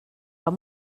amb